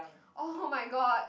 oh-my-god